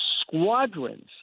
squadrons